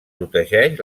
protegeix